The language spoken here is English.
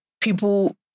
people